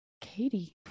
Katie